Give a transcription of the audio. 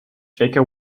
jaka